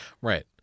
right